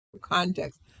context